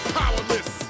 powerless